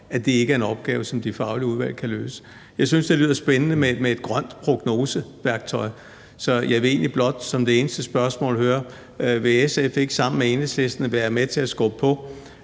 for, ikke er en opgave, som de faglige udvalg kan løse. Jeg synes, det lyder spændende med et værktøj til grønne prognoser, så jeg vil egentlig blot som det eneste spørgsmål høre: Vil SF ikke sammen med Enhedslisten være med til at skubbe på